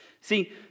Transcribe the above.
See